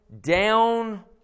down